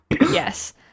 Yes